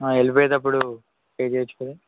ఆ వెళ్ళి పోయేటప్పుడు పే చెయ్యచ్చు కదా